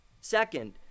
Second